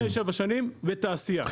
אחרי שבע שנים ותעשייה.